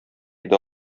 иде